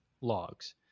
logs